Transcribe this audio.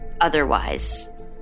otherwise